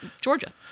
Georgia